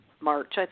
March